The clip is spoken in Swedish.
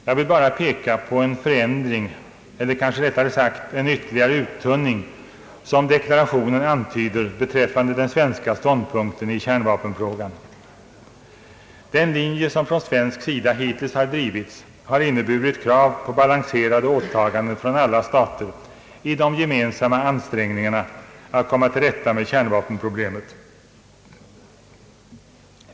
Jag vill bara peka på en förändring eller kanske rättare sagt en ytterligare uttunning som deklarationen antyder beträffande den svenska ståndpunkten i kärnvapenfrågan. Den linje som från svensk sida hittills har drivits har inneburit krav på balanserade åtaganden från alla stater i de gemensamma ansträngningarna att komma till rätta med kärnvapenproblemet.